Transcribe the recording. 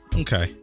okay